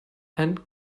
and